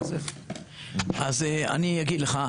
אני אגיד לך,